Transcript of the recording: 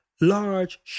large